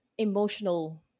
emotional